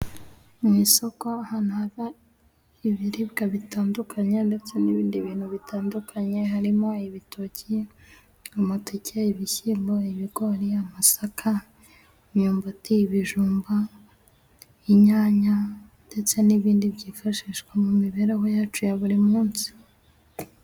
Mu isoko ahantu haba ibiribwa bitandukanye ndetse n'ibindi bintu bitandukanye, harimo ibitoki, amateke, ibishyimbo, ibigori, amasaka, imyumbati, ibijumba, inyanya ndetse n'ibindi byifashishwa mu mibereho yacu ya buri munsi.